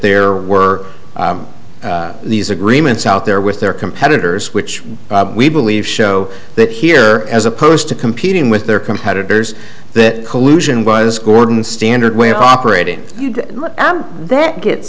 there were these agreements out there with their competitors which we believe show that here as opposed to competing with their competitors that collusion was gordon standard way of operating that gets